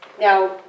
Now